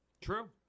True